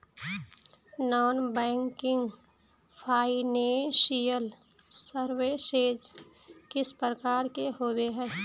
Non banking financial services किस प्रकार के होबे है?